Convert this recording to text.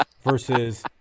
versus